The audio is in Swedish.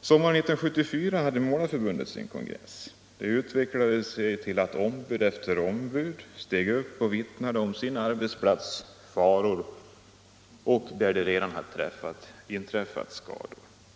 Sommaren 1974 hade Målarförbundet sin kongress. Den utvecklade sig till att ombud efter ombud steg upp och vittnade om sin arbetsplats faror och där redan inträffade skador.